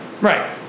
Right